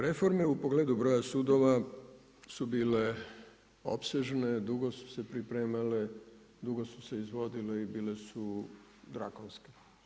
Reforme u pogledu broja sudova su bile opsežne, dugo su se pripremale, dugo su se izvodile i bile su drakonske.